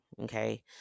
okay